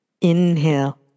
Inhale